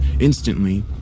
Instantly